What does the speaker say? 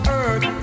earth